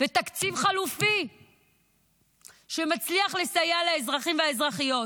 ותקציב חלופי שמצליח לסייע לאזרחים והאזרחיות.